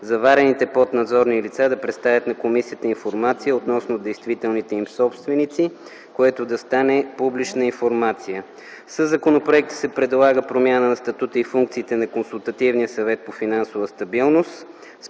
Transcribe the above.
заварените поднадзорни лица да предоставят на комисията информация относно действителните им собственици, което да стане публична информация. Със законопроекта се предлага промяна на статута и функциите на Консултативния съвет по финансова стабилност.